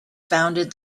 founded